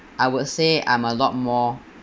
I would say I'm a lot more